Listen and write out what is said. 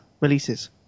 releases